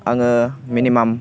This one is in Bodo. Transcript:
आङो मिनिमाम